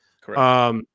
Correct